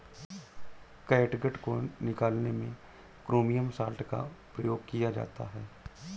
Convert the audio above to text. catgut को निकालने में क्रोमियम सॉल्ट का प्रयोग किया जाता है